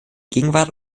gegenwart